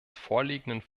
vorliegenden